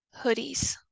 Hoodies